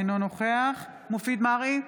אינו נוכח מופיד מרעי,